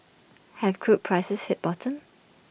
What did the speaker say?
have crude prices hit bottom